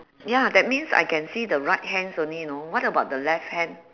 ya that means I can see the right hands only you know what about the left hand